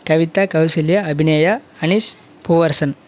Kavitha Kausalya Abhinaya Anish Poovarasan